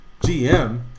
GM